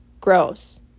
gross